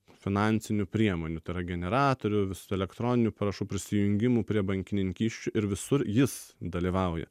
finansinių priemonių tai yra generatorių visų elektroninių parašų prisijungimų prie bankininkysčių ir visur jis dalyvauja